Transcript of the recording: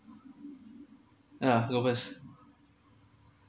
ah go first